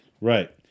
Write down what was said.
right